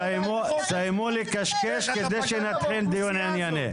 סיימו לקשקש כדי שנתחיל דיון ענייני.